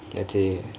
let's say